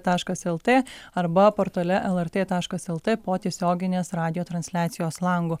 taškas lt arba portale lrt taškas lt po tiesioginės radijo transliacijos langu